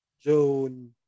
June